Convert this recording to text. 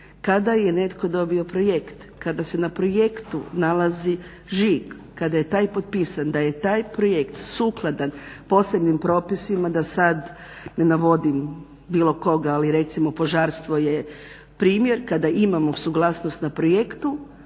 kada je netko dobio projekt, kada se na projektu nalazi žig, kada je taj potpisan da je taj projekt sukladan posebnim propisima, da sad ne navodim bilo koga, ali recimo požarstvo je primjer, kada imamo suglasnost na projektu